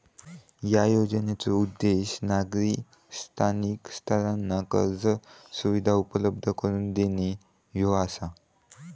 या योजनेचो उद्देश नागरी स्थानिक संस्थांना कर्ज सुविधा उपलब्ध करून देणे ह्यो आसा